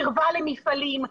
קירבה למפעלים,